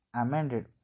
amended